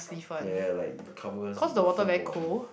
ya ya like it covers the whole body